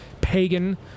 pagan